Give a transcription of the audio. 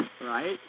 Right